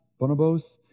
bonobos